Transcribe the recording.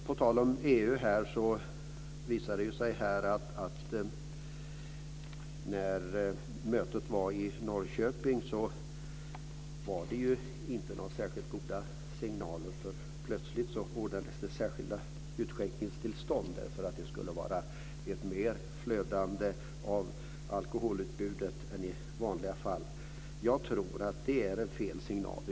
På tal om EU visade det sig att det inte gavs några särskilt goda signaler vid mötet i Norrköping. Plötsligt utanordnades särskilda utskänkningstillstånd för att medge ett mer flödande alkoholutbud än i vanliga fall. Jag tror att det är fel signal.